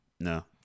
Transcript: No